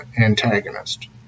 antagonist